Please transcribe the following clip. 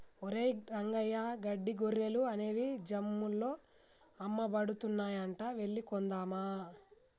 ఒరేయ్ రంగయ్య గడ్డి గొర్రెలు అనేవి జమ్ముల్లో అమ్మబడుతున్నాయంట వెళ్లి కొందామా